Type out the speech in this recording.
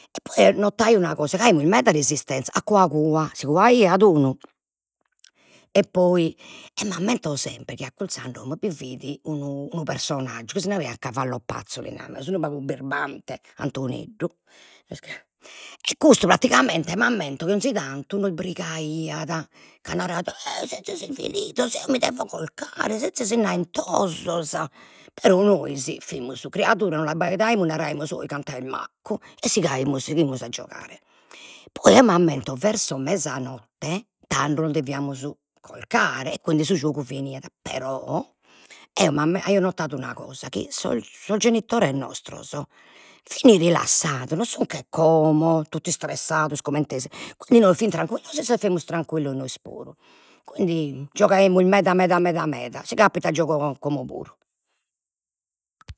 E poi notaio una cosa, chi aimus meda resistenza, a cua cua, si cuaiat unu e poi, eo m'ammento sempre chi accurzu a domo bi fit unu, unu personazu, chi si naraiat cavallo pazzo, li unu pagu birbante Antoneddu, e custu pratigamente m'ammento chi 'onzi tantu nos brigaiat, ca ei sezis isvilidos, eo mi devo corcare, sezis innaentosas, però nois fimus criaduras, non l'abbaidaimus, naraimus, oi cantu est maccu, e sighia sighiamus a giogare, poi eo m'ammento verso mesanotte, tando nos deviamus corcare, e quindi su giogu finiat, però eo aio notadu una cosa, chi sos sos genitores nostros fin rilassados, no sun che como totu istressados comente quindi fin tranquillos issos e fimus tranquillos nois puru, quindi giogaimus meda meda meda meda, si capitat giogo co- como puru